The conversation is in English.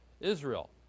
Israel